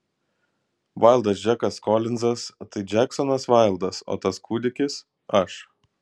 vaildas džekas kolinzas tai džeksonas vaildas o tas kūdikis aš